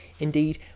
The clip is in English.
Indeed